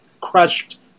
crushed